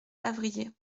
avrillé